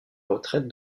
retraite